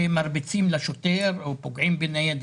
שמרביצים לשוטר או פוגעים בניידת.